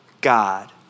God